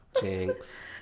jinx